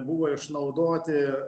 buvo išnaudoti